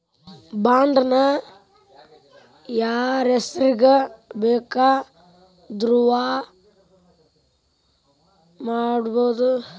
Bond ನ ಯಾರ್ಹೆಸ್ರಿಗ್ ಬೆಕಾದ್ರುಮಾಡ್ಬೊದು?